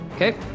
Okay